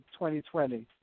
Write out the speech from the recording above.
2020